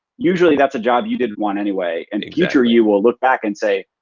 usually that's a job you didn't want anyway and in future you will look back and say,